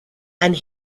and